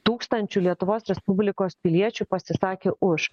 tūkstančių lietuvos respublikos piliečių pasisakė už